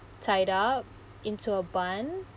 tied up into a bun